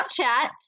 Snapchat